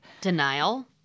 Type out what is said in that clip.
Denial